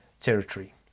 territory